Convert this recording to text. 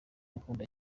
akundwa